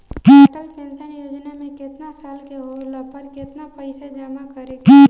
Atal pension योजना मे केतना साल के होला पर केतना पईसा जमा करे के होई?